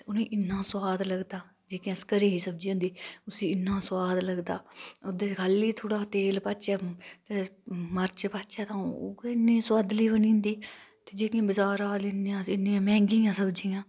उनै गी इन्नी सवाद लगदा जेह्के अस घरै दी सब्जी होंदी उसी इन्ना सवाद लगदा ओह्दै च खाली थुड़ा तेल पाचै तां मर्च पाचैं तां ओह् इन्नी सुआदली बनी जंदी ते जेह्कियां बज़ारां लैने अस इन्नी मैहंगिआ सब्जिआं